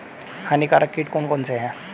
हानिकारक कीट कौन कौन से हैं?